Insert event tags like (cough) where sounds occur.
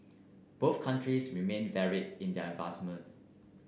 (unintelligible) countries remain varied in their advancements